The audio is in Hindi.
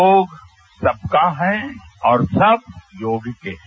योग सबका है और सब योग के है